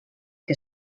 que